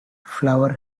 flower